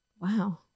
Wow